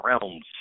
Realms